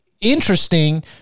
interesting